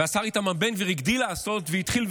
והשר איתמר בן גביר הגדיל לעשות והתחיל,